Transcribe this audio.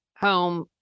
home